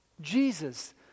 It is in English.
Jesus